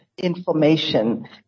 information